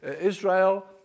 Israel